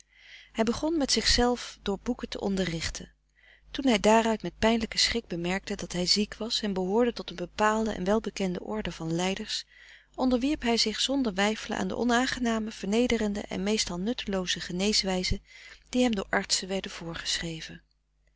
hij begon met zichzelf door boeken te onderrichten toen hij daaruit met pijnlijken schrik bemerkte dat hij ziek was en behoorde tot een bepaalde en welbekende orde van lijders onderwierp hij zich zonder weifelen aan de onaangename vernederende en meestal nuttelooze geneeswijzen die hem door artsen werden voorgeschreven